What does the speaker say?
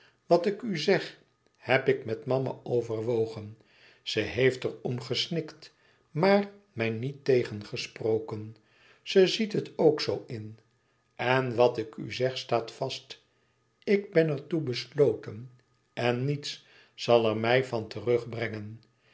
wat ik u zeg heb ik met mama overwogen ze heeft er om gesnikt maar mij niet tegengesproken ze ziet het ook zoo in en wat ik u zeg staat vast ik ben er toe besloten en niets e ids aargang zal er mij van terugbrengen